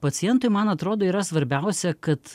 pacientui man atrodo yra svarbiausia kad